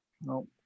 No